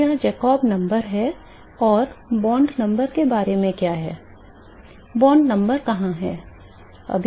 तो यह Jacob number है और बॉन्ड नंबर के बारे में क्या है बॉन्ड नंबर कहां है